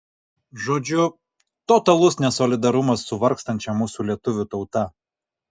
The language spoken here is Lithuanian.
žodžiu totalus nesolidarumas su vargstančia mūsų lietuvių tauta